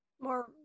More